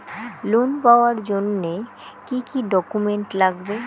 Loan পাওয়ার জন্যে কি কি ডকুমেন্ট লাগবে?